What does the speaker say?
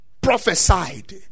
prophesied